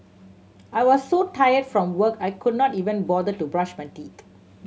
I was so tired from work I could not even bother to brush my teeth